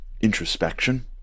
introspection